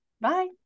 Bye